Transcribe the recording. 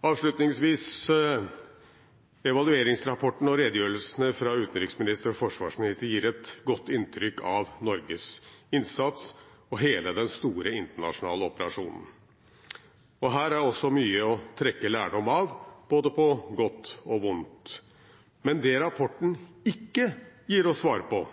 Avslutningsvis: Evalueringsrapporten og redegjørelsene fra utenriksministeren og forsvarsministeren gir et godt inntrykk av Norges innsats og hele den store internasjonale operasjonen. Og her er det også mye å trekke lærdom av både på godt og vondt. Men det rapporten ikke gir oss svar på,